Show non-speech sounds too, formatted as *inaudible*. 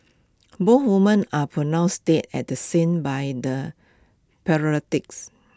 both women are pronounced dead at the scene by the *unintelligible*